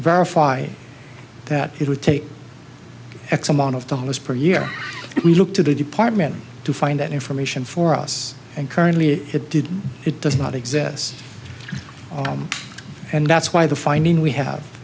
verify that it would take x amount of dollars per year we look to the department to find that information for us and currently it did it does not exist and that's why the finding we have